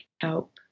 help